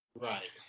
Right